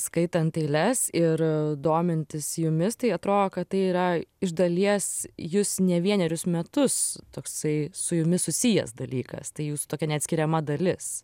skaitant eiles ir domintis jumis tai atrodo kad tai yra iš dalies jus ne vienerius metus toksai su jumis susijęs dalykas tai jūsų tokia neatskiriama dalis